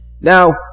now